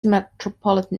metropolitan